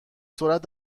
سرعت